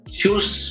choose